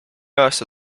aasta